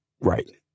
Right